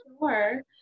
Sure